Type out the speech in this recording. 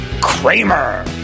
Kramer